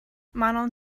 manon